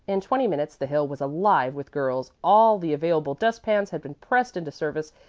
in twenty minutes the hill was alive with girls, all the available dust-pans had been pressed into service,